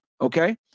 Okay